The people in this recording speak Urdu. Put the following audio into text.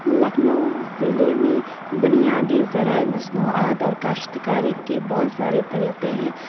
لکھنؤ ضلع میں بنیادی ذرائع مصنوعات اور کاشتکاری کے بہت سارے طریقے ہیں